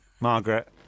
Margaret